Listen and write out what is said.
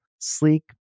sleek